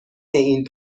این